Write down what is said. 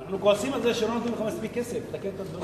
אנחנו כועסים על זה שלא נותנים לך מספיק כסף לתקן את הדברים.